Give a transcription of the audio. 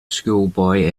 schoolboy